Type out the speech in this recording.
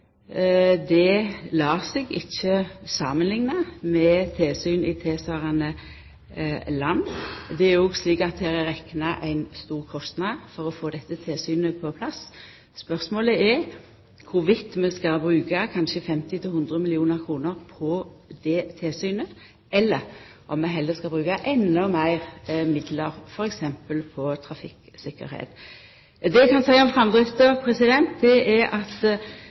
seg ikkje samanlikna med tilsyn i tilsvarande land. Det er òg slik at det er ein stor kostnad for å få tilsynet på plass. Spørsmålet er om vi skal bruka kanskje 50–100 mill. kr på tilsynet, eller om vi heller skal bruka endå meir midlar f.eks. på trafikktryggleik. Det eg kan seia om framdrifta, er at saka kjem når ho kjem. Ho kjem uansett ikkje tidsnok til at